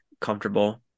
comfortable